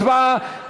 הצבעה.